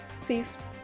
Fifth